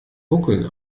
buckel